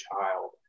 child